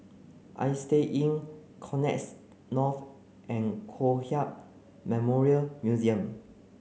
Istay Inn Connexis North and Kong Hiap Memorial Museum